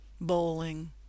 bowling